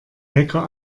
wecker